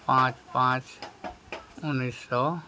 ᱯᱟᱸᱪ ᱯᱟᱸᱪ ᱩᱱᱤᱥᱥᱚ